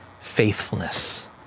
faithfulness